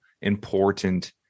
important